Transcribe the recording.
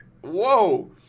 Whoa